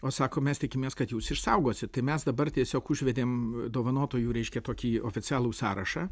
o sako mes tikimės kad jūs išsaugosit tai mes dabar tiesiog užvedėm dovanotojų reiškia tokį oficialų sąrašą